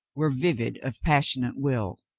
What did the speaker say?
were vivid of passionate will.